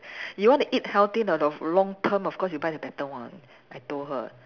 you want to eat healthy and of long term of course you buy the better one I told her